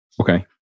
Okay